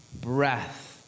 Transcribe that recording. breath